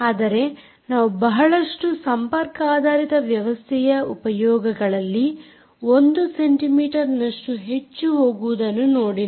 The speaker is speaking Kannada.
ಆದರೆ ನಾವು ಬಹಳಷ್ಟು ಸಂಪರ್ಕ ಆಧಾರಿತ ವ್ಯವಸ್ಥೆಯ ಉಪಯೋಗಗಳಲ್ಲಿ 1 ಸೆಂಟಿ ಮೀಟರ್ ನಷ್ಟು ಹೆಚ್ಚು ಹೋಗುವುದನ್ನು ನೋಡಿಲ್ಲ